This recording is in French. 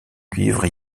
cuivre